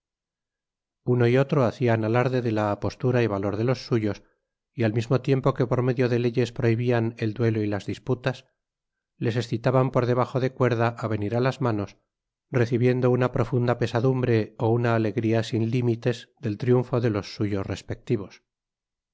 uno y otro hacian alarde de la apostura y valor de los suyos y al mismo tiempo que por medio de leyes prohibian el duelo y las disputas les excitaban por debajo de cuerda á venir á las manos recibiendo una profunda pesadumbre ó una alegria siu limites del triunfo de los suyos respectivos